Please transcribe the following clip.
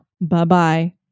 Bye-bye